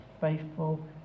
faithful